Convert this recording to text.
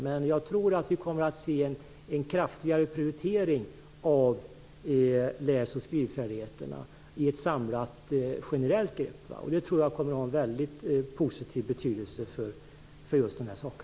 Men jag tror att det blir en hårdare prioritering av läs och skrivfärdigheterna och att det tas ett samlat och generellt grepp. Det kommer att ha en väldigt positiv betydelse.